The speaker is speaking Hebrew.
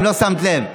אם לא שמת לב.